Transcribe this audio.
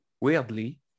weirdly